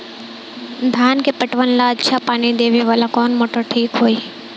धान के पटवन ला अच्छा पानी देवे वाला कवन मोटर ठीक होई?